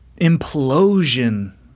implosion